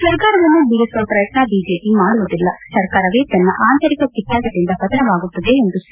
ಸರ್ಕಾರವನ್ನು ಬೀಳಿಸುವ ಪ್ರಯತ್ನ ಬಿಜೆಪಿ ಮಾಡುವುದಿಲ್ಲ ಸರ್ಕಾರವೇ ತನ್ನ ಆಂತರಿಕ ಕಿತ್ತಾಟದಿಂದ ಪತನವಾಗುತ್ತದೆ ಎಂದು ಸಿ